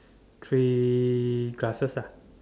three glasses